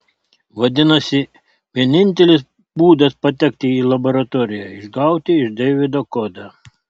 vadinasi vienintelis būdas patekti į laboratoriją išgauti iš deivido kodą